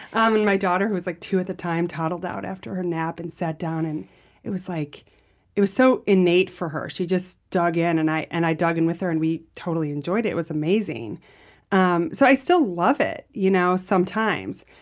um and my daughter, who was like two at the time, toddled out after her nap and sat down. and it was like it was so innate for her. she just dug in, and i and i dug in with her. and we totally enjoyed it. it was amazing um so i still love it you know sometimes.